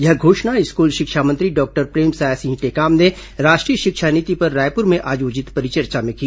यह घोषणा स्कूल शिक्षा मंत्री डॉक्टर प्रेमसाय सिंह टेकाम ने राष्ट्रीय शिक्षा नीति पर रायपुर में आयोजित परिचर्चा में की